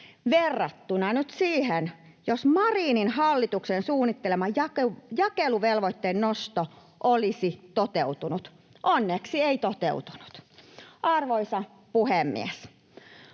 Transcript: verrattuna siihen, jos Marinin hallituksen suunnittelema jakeluvelvoitteen nosto olisi toteutunut. Onneksi ei toteutunut. Arvoisa puhemies!